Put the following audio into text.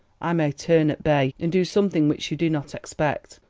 i may turn at bay, and do something which you do not expect,